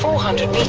hundred